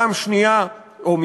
או,